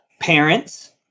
parents